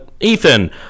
Ethan